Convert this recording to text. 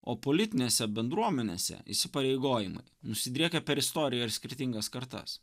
o politinėse bendruomenėse įsipareigojimai nusidriekia per istoriją ir skirtingas kartas